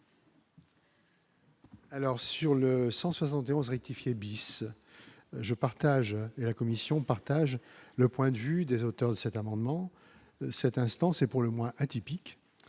Alors sur le 171 rectifier bis je partage et la Commission partagent le point de vue des auteurs de cet amendement, cette instance est pour le moins atypique